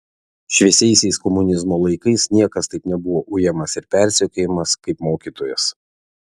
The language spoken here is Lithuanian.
šviesiaisiais komunizmo laikais niekas taip nebuvo ujamas ir persekiojamas kaip mokytojas